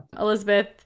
Elizabeth